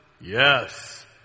Yes